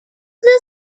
blue